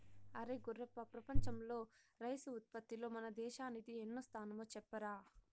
అరే గుర్రప్ప ప్రపంచంలో రైసు ఉత్పత్తిలో మన దేశానిది ఎన్నో స్థానమో చెప్పరా